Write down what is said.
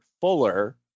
fuller